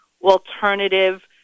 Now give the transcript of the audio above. alternative